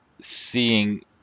seeing